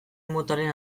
motaren